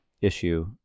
issue